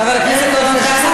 חבר הכנסת אורן חזן,